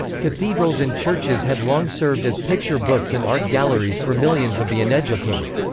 cathedrals and churches had long served as picture books and art galleries for millions of the uneducated.